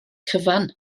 cyfan